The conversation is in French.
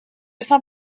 saint